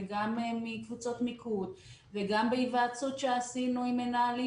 וגם מקבוצות מיקוד וגם בהיוועצות שעשינו עם מנהלים